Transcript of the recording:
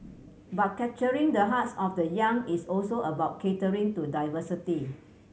but capturing the hearts of the young is also about catering to diversity